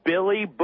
Billy